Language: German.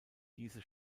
diese